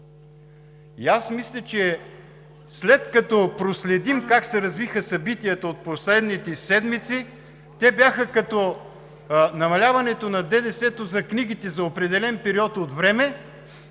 и аз мисля, че след като проследим как се развиха събитията от последните седмици, те бяха като намаляването на ДДС-то за книгите за определен период от време,